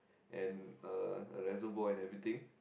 and uh a reservoir and everything